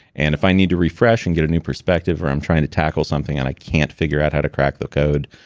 and if i need to refresh and get a new perspective or i'm trying to tackle something and i can't figure out how to crack the code,